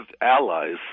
allies